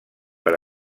per